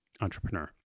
entrepreneur